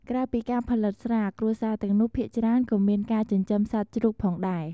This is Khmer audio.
ក្រៅពីការផលិតស្រា គ្រួសារទាំងនោះភាគច្រើនក៏មានការចិញ្ចឹមសត្វជ្រូកផងដែរ។